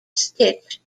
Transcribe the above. stitch